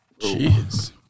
Jeez